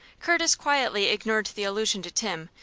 curtis quietly ignored the allusion to tim,